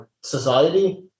society